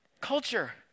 culture